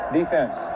defense